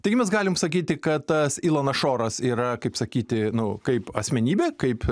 taigi mes galim sakyti kad tas ilanas šoras yra kaip sakyti nu kaip asmenybė kaip